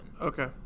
Okay